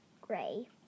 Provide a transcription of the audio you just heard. Gray